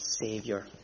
Savior